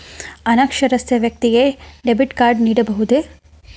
ಅನಕ್ಷರಸ್ಥ ವ್ಯಕ್ತಿಗೆ debit card ನೀಡಬಹುದೇ?